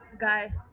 guy